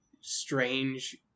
strange